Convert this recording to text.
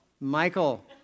Michael